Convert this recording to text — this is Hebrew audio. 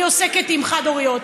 אני עוסקת בחד-הוריות,